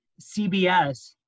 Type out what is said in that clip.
cbs